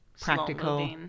practical